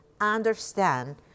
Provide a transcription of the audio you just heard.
understand